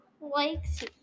likes